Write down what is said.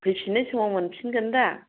फैफिननाय समाव मोनफिनगोन दा